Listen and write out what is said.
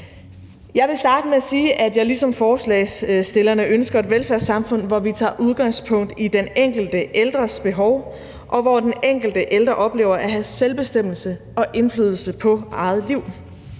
Jeg vil starte med at sige, at jeg ligesom forslagsstillerne ønsker et velfærdssamfund, hvor vi tager udgangspunkt i den enkelte ældres behov, og hvor den enkelte ældre oplever at have selvbestemmelse og indflydelse på eget liv.